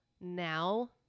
now